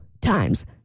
times